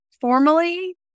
formally